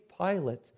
Pilate